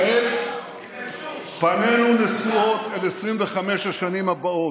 כעת פנינו נשואות אל 25 השנים הבאות,